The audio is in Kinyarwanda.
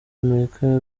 amerika